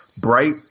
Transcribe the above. bright